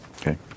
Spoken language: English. Okay